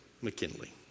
McKinley